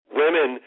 women